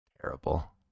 terrible